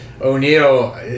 O'Neill